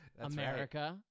America